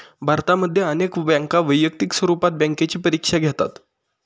भारतामध्ये अनेक बँका वैयक्तिक स्वरूपात बँकेची परीक्षा घेतात